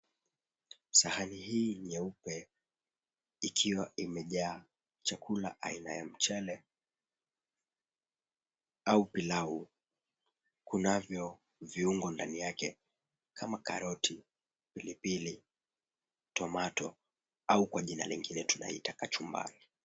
Sahani hii nyeupe ikiwa imejaa chakula aina ya mchele au pilau. Kunavyo viuongo ndani yake kama karoti , pilipili , tomato au kwa jina nyingine tunaita kachumbari.